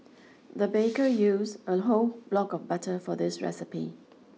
the baker used a whole block of butter for this recipe